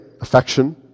Affection